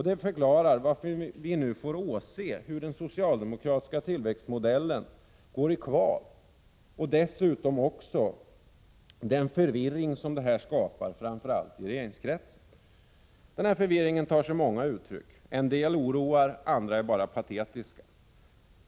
Det förklarar varför vi nu får åse hur den socialdemokratiska tillväxtmodellen går i kvav — och dessutom den förvirring som detta skapar, framför allt i regeringskretsen. Den här förvirringen tar sig många uttryck. En del oroar, andra är bara patetiska.